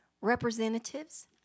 representatives